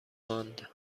ماند